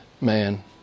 man